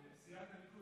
אם הן יעשו, מי יבוא